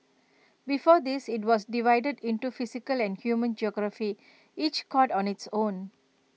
before this IT was divided into physical and human geography each cod on its own